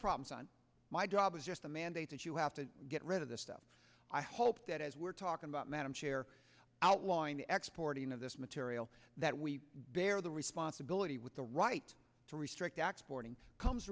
problems on my job was just the mandate that you have to get rid of this stuff i hope that as we're talking madam chair outlawing the export in of this material that we bear the responsibility with the right to restrict comes